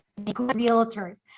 realtors